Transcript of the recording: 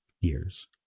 years